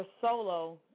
solo